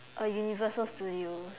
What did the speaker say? uh universal studio